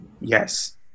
Yes